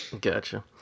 Gotcha